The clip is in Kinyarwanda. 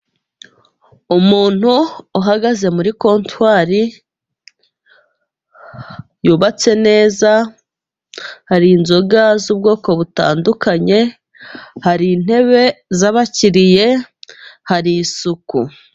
Umuntu uhagaze muri kontwari yubatse neza, hari inzoga z'ubwoko butandukanye, hari intebe zabakiriye, hari isuku.